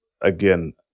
again